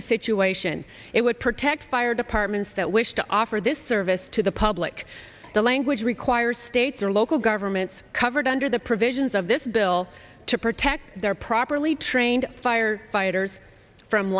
the situation it would protect fire departments that wish to offer this service to the public the language requires states or local governments covered under the provisions of this bill to protect their properly trained firefighters from